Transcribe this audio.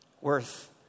worth